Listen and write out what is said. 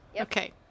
Okay